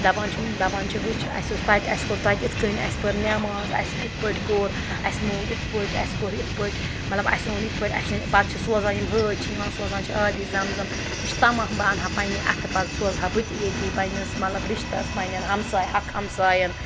دپان چھِم دپان چھِ وٕچھ اَسہِ اوس تَتہِ اَسہِ کوٚر تَتہِ اِتھ کٔنۍ اَسہِ پٔر نٮ۪ماز اَسہِ کِتھ پٲٹھۍ کوٚر اَسہِ مۄنٛگ اِتھ پٲٹھۍ اَسہِ کوٚر اِتھ پٲٹھۍ مطلب اَسہِ اوٚن اِتھ پٲٹھۍ اَسہِ أنۍ پَتہٕ چھِ سوزان یِم حٲج چھِ یِوان سوزان چھِ آبِ زَم زَم مےٚ چھِ تَماہ بہٕ اَنہٕ ہا پنٛنہِ اَتھٕ پَتہٕ سوزٕ ہا بہٕ تہِ ییٚتی پنٛنِس مطلب رِشتَس پنٛنٮ۪ن ہمساے حق ہمسایَن